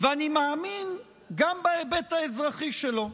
ואני מאמין גם בהיבט האזרחי שלו.